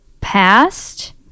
past